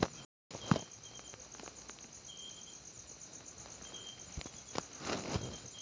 PMJJBY अठरा ते पन्नास वर्षांपर्यंतच्या लोकांसाठी उपलब्ध असा